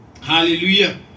Hallelujah